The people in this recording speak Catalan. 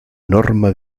norma